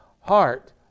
heart